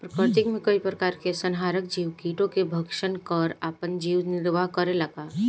प्रकृति मे कई प्रकार के संहारक जीव कीटो के भक्षन कर आपन जीवन निरवाह करेला का?